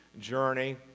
journey